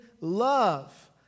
love